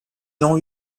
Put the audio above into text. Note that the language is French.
jean